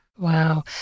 Wow